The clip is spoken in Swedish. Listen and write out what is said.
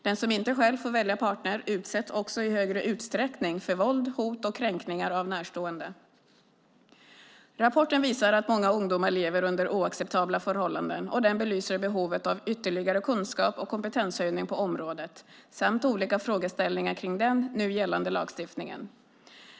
Den som inte själv får välja partner utsätts också i högre utsträckning för våld, hot och kränkningar av närstående. Rapporten visar att många ungdomar lever under oacceptabla förhållanden, och den belyser behovet av ytterligare kunskap och kompetenshöjning på området samt olika frågeställningar kring den nu gällande lagstiftningen.